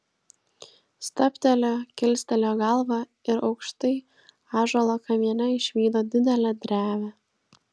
stabtelėjo kilstelėjo galvą ir aukštai ąžuolo kamiene išvydo didelę drevę